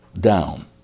down